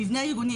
המבנה הארגוני.